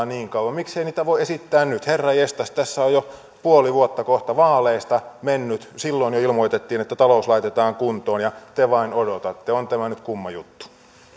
niin kauan miksei niitä voi esittää nyt herranjestas tässä on jo puoli vuotta kohta vaaleista mennyt silloin jo ilmoitettiin että talous laitetaan kuntoon ja te vain odotatte on tämä nyt kumma juttu